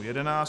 11.